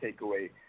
takeaway